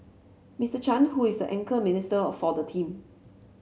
Mister Chan who is the anchor minister for the team